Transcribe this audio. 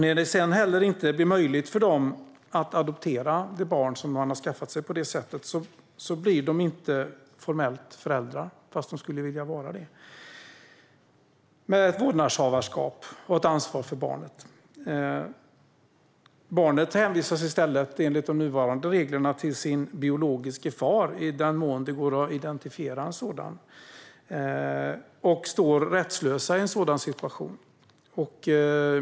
När det sedan inte heller blir möjligt för dem att adoptera det barn som de har skaffat sig på det sättet blir de inte formellt föräldrar fastän de skulle vilja vara det med ett vårdnadshavarskap och ett ansvar för barnet. Barnet hänvisas i stället enligt de nuvarande reglerna till sin biologiske far i den mån det går att identifiera en sådan och står rättslösa i en sådan situation.